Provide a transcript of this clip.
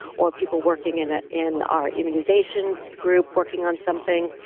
or people working in ah in our immunization group working on something.